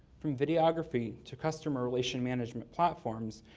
from videography to customer relations management platforms,